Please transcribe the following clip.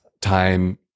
time